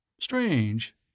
Strange